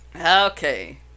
Okay